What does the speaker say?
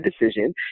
decision